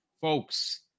Folks